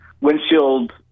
windshield